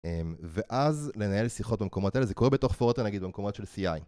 ואז לנהל שיחות במקומות אלה, זה קורה בתוך פורטה נגיד במקומות של CI.